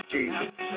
Jesus